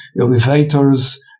elevators